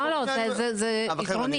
לא, זה עקרוני.